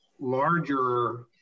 larger